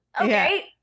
Okay